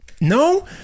No